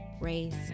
race